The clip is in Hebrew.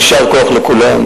יישר כוח לכולם.